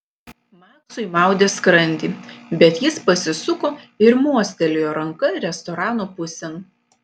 maksui maudė skrandį bet jis pasisuko ir mostelėjo ranka restorano pusėn